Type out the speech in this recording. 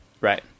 Right